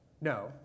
No